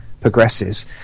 progresses